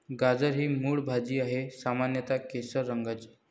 गाजर ही मूळ भाजी आहे, सामान्यत केशरी रंगाची